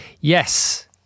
yes